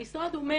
המשרד אומר